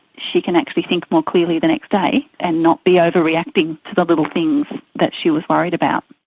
she can actually think more clearly the next day and not be overreacting to the little things that she was worried about.